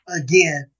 again